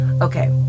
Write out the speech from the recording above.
okay